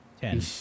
Ten